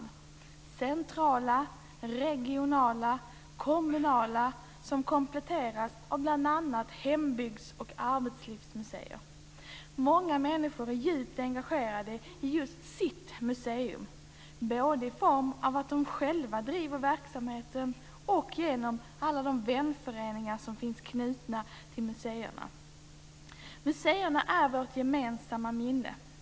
Det finns centrala, regionala och kommunala museer, som kompletteras av bl.a. hembygds och arbetslivsmuseer. Många människor är djupt engagerade i just sitt museum. Det visar sig både genom att människor själva driver verksamheten och genom att så många vänföreningar är knutna till museerna. Museerna är vårt gemensamma minne.